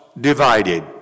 divided